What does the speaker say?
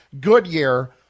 Goodyear